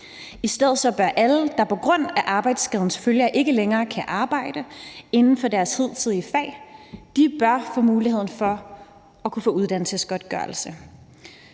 I stedet bør alle, der på grund af arbejdsskadens følger ikke længere kan arbejde inden for deres hidtidige fag, få muligheden for at kunne få uddannelsesgodtgørelse.